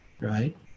right